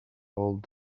old